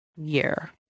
Year